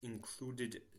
included